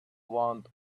want